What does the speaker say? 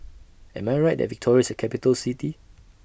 Am I Right that Victoria IS A Capital City